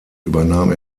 übernahm